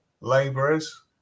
labourers